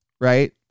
right